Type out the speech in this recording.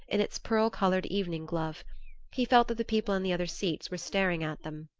in its pearl-coloured evening glove he felt that the people in the other seats were staring at them.